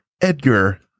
Edgar